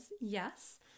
yes